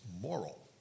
moral